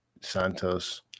Santos